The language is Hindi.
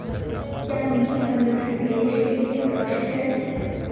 क्या निजी संगठन निवेश के लिए सुरक्षित हैं?